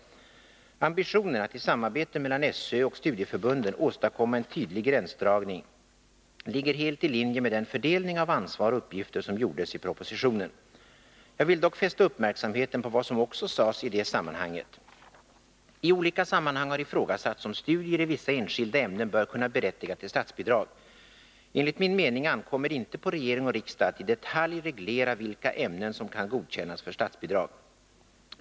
Ambitionen att i samarbete mellan SÖ och studieförbunden åstadkomma en tydlig gränsdragning ligger helt i linje med den fördelning av ansvar och uppgifter som gjordes i propositionen. Jag vill dock fästa uppmärksamheten på vad som också sades i det sammanhanget: IT olika sammanhang har ifrågasatts om studier i vissa enskilda ämnen bör kunna berättiga till statsbidrag. Enligt min mening ankommer det inte på regering och riksdag att i detalj reglera vilka ämnen som kan godkännas för statsbidrag.